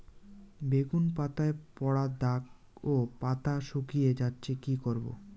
বেগুন পাতায় পড়া দাগ ও পাতা শুকিয়ে যাচ্ছে কি করব?